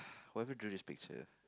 what if you drew this picture